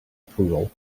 approval